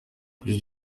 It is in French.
plus